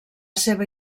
seva